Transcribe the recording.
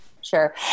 sure